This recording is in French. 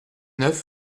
neuf